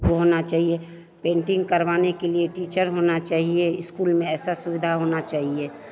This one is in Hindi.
ऊ होना चाहिए पेन्टिन्ग करवाने के लिए टीचर होना चाहिए इस्कूल में ऐसी सुविधा होनी चाहिए